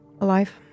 alive